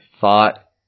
thought